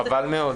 חבל מאוד.